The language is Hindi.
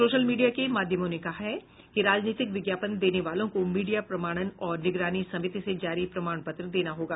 सोशल मीडिया के माध्यमों ने कहा है कि राजनीतिक विज्ञापन देने वालों को मीडिया प्रमाणन और निगरानी समिति से जारी प्रमाणपत्र देना होगा